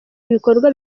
ibikorwa